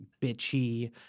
bitchy